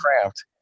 craft